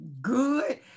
good